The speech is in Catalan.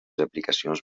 aplicacions